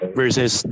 versus